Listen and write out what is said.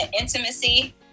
intimacy